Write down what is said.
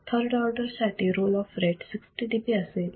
third order साठी roll off rate 60 dB असेल